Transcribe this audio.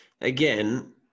again